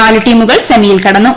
നാലു ടീമുകൾ സെമിയിൽ കടന്നു